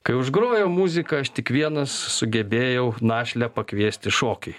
kai užgrojo muzika aš tik vienas sugebėjau našlę pakviesti šokiui